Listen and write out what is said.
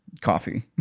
coffee